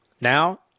now